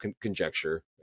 conjecture